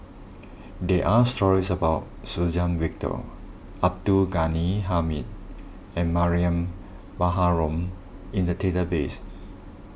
there are stories about Suzann Victor Abdul Ghani Hamid and Mariam Baharom in the database